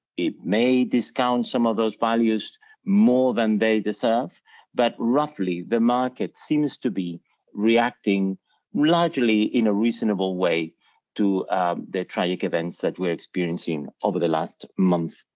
it may discount some of those values more than they deserve but roughly the market seems to be reacting largely in a reasonable way to the tragic events that we're experiencing over the last month,